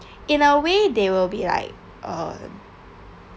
in a way they will be like uh